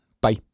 bye